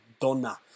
Donna